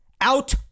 Out